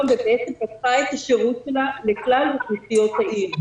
ובעצם פתחה את השירות שלה לכלל אוכלוסיות העיר,